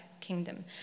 kingdom